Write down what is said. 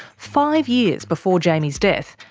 five years before jaimie's death,